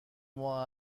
ماه